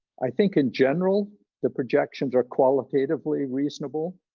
i think in general the projections are qualitatively reasonable